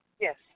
Yes